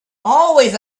always